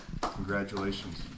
Congratulations